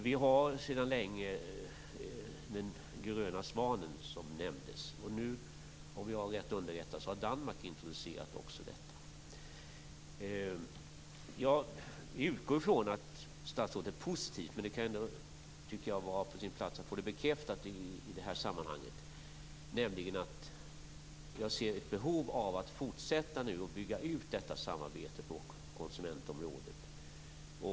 Vi har sedan länge den gröna svanen, som nämndes. Om jag är rätt underrättad har nu även Danmark introducerat denna. Jag utgår från att statsrådet är positiv till det här, men det kan ändå vara på sin plats att få det bekräftat i det här sammanhanget. Jag ser nämligen ett behov av att nu fortsätta och bygga ut detta samarbete på konsumentområdet.